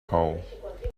hole